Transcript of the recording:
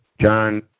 John